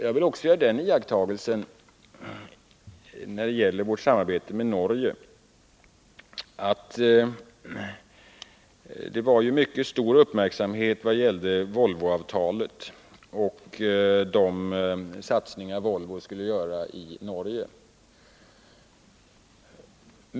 Jag vill också göra följande iakttagelse beträffande vårt samarbete med Norge. Det riktades mycket stor uppmärksamhet på Volvoavtalet och de satsningar Volvo skulle göra i Norge.